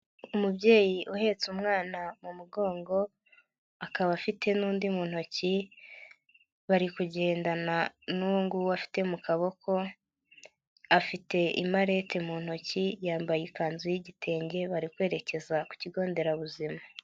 Umubyeyi uhetse umwana mu mugongo, akaba afite n'undi mu ntoki bari kugendana n'uwo nguwo afite mu kaboko, afite imalete mu ntoki, yambaye ikanzu y'igitenge, bari kwerekeza ku kigo nderabuzima.